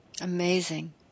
amazing